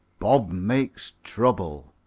bob makes trouble